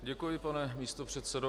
Děkuji pane místopředsedo.